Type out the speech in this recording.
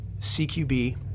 CQB